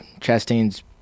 Chastain's